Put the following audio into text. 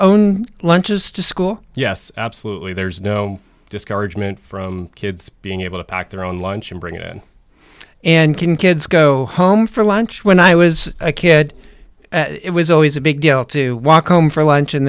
own lunches to school yes absolutely there's no discouragement from kids being able to pack their own lunch and bring it in and can kids go home for lunch when i was a kid it was always a big deal to walk home for lunch and